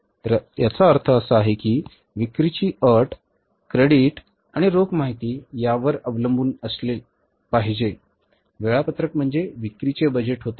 तर याचा अर्थ असा की विक्रीची अट क्रेडिट आणि रोख माहिती यावर अवलंबून असलेले पहिले वेळापत्रक म्हणजे विक्रीचे बजेट होते